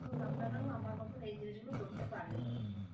ত আপনারাও আমার মতন এই জিনিসগুলো করতে পারেন